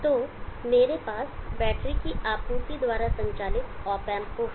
तो मेरे पास बैटरी की आपूर्ति द्वारा संचालित ऑप एंप होगा